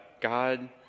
God